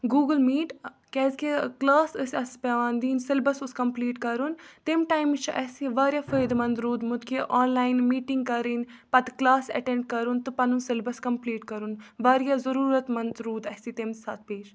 Google Meet کیٛازِکہِ class ٲسۍ اَسہِ پٮ۪وان دِنۍ سٮ۪لبَس اوس کَمپلیٖٹ کَرُن تَمہِ ٹایمہٕ چھِ اَسہِ یہِ واریاہ فٲیدٕ منٛد روٗدمُت کہِ آن لاین مِٹِنٛگ کَرٕنۍ پَتہٕ کٕلاس اٮ۪ٹٮ۪نٛڈ کَرُن تہٕ پَنُن سٮ۪لبَس کمپٕلیٖٹ کَرُن واریاہ ضٔروٗرت منٛد روٗد اَسہِ یہِ تَمہِ ساتہٕ پیش